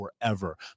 forever